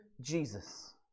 Jesus